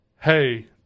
hey